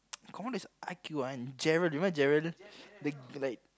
commando is I_Q one Gerald you know Gerald like like